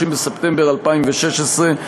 30 בספטמבר 2016,